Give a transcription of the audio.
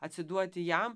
atsiduoti jam